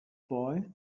boy